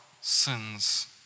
sins